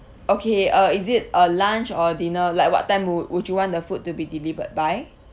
okay uh is it uh lunch or dinner like what time would would you want the food to be delivered by